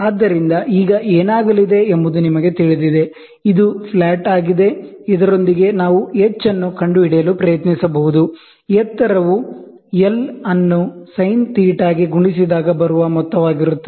ಆದ್ದರಿಂದ ಈಗ ಏನಾಗಲಿದೆ ಎಂಬುದು ನಿಮಗೆ ತಿಳಿದಿದೆ ಇದು ಫ್ಲಾಟ್ ಆಗಿದೆ ಇದರೊಂದಿಗೆ ನಾವು ಎಚ್ ಅನ್ನು ಕಂಡುಹಿಡಿಯಲು ಪ್ರಯತ್ನಿಸಬಹುದು ಎತ್ತರವು ಎಲ್ ಅನ್ನು ಸೈನ್ θ ಗೆ ಗುಣಿಸಿದಾಗ ಬರುವ ಮೊತ್ತವಾಗಿರುತ್ತದೆ